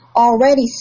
already